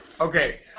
Okay